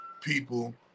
people